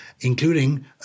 including